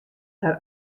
har